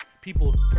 people